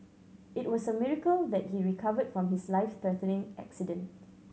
it was a miracle that he recovered from his life threatening accident